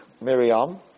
Miriam